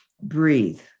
breathe